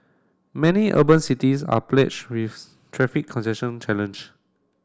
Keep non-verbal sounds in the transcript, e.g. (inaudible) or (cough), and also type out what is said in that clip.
many urban cities are (unintelligible) with traffic (unintelligible) challenge